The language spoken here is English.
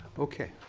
okay.